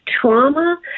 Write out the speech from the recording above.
Trauma